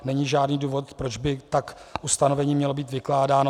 Není žádný důvod, proč by tak ustanovení mělo být vykládáno.